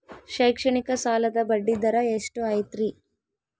ಶೈಕ್ಷಣಿಕ ಸಾಲದ ಬಡ್ಡಿ ದರ ಎಷ್ಟು ಐತ್ರಿ?